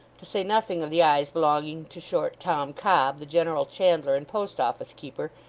to say nothing of the eyes belonging to short tom cobb the general chandler and post-office keeper,